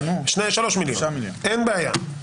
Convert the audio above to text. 3,000,000. אין בעיה.